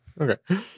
Okay